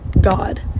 God